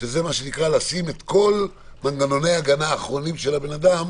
לשים את כל מנגנוני ההגנה האחרונים של האדם